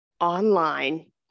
online